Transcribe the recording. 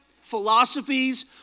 philosophies